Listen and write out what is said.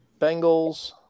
Bengals